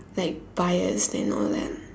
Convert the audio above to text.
like bias and all that